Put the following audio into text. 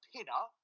Pinner